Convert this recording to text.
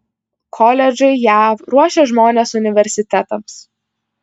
koledžai jav ruošia žmones universitetams